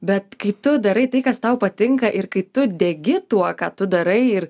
bet kai tu darai tai kas tau patinka ir kai tu degi tuo ką tu darai ir